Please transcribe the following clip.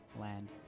land